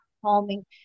calming